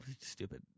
Stupid